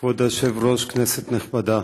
כבוד היושב-ראש, כנסת נכבדה,